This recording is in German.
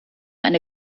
eine